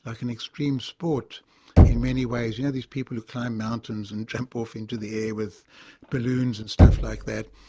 like an extreme sport in many ways. you know these people who climb mountains and jump off into the air with balloons and stuff like that.